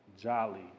jolly